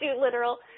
literal